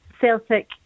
Celtic